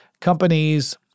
companies